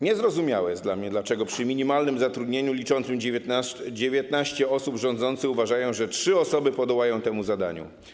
Niezrozumiałe jest dla mnie, dlaczego przy minimalnym zatrudnieniu liczącym 19 osób rządzący uważają, że trzy osoby podołają temu zadaniu.